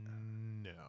no